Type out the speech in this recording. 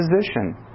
position